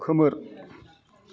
खोमोर